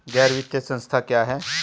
गैर वित्तीय संस्था क्या है?